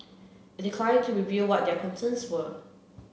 it declined to reveal what their concerns were